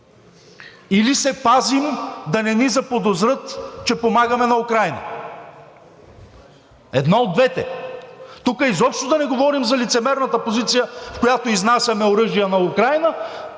или се пазим да не ни заподозрат, че помагаме на Украйна. Едно от двете! Тук изобщо да не говорим за лицемерната позиция, в която изнасяме оръжия на Украйна,